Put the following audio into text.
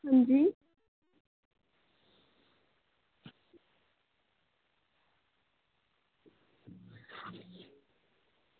हां जी